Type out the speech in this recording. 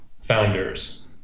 Founders